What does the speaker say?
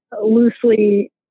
loosely